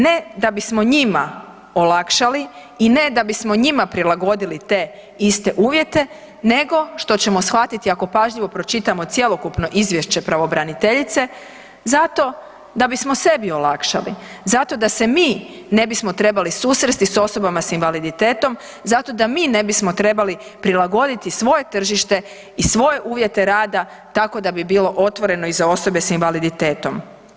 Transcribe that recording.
Ne da bismo njima olakšali i ne da bismo njima prilagodili te iste uvjete nego što ćemo shvatiti ako pažljivo pročitamo cjelokupno izvješće pravobraniteljice zato da bismo sebi olakšali, zato da se mi ne bismo trebali susresti s osobama s invaliditetom, zato da mi ne bismo trebali prilagoditi svoje tržište i svoje uvjete rada tako da bi bilo otvoreni i za osobe s invaliditetom.